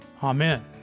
Amen